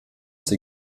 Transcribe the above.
sie